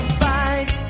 fight